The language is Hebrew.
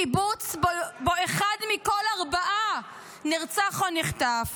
קיבוץ שבו אחד מכל ארבעה נרצח או נחטף.